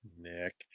Nick